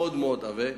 מאוד מאוד עבה.